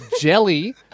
jelly